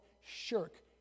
shirk